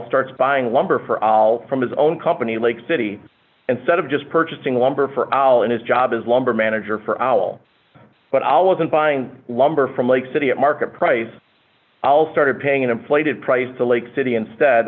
start buying lumber for all from his own company lake city and set of just purchasing lumber for allah in his job as lumber manager for our will but i wasn't buying lumber from lake city at market price i'll started paying an inflated price to lake city instead